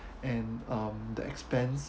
and um the expense